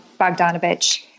Bogdanovich